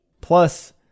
Plus